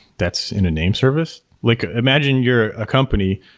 that's in a name service. like ah imagine you're a company,